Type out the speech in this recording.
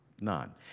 None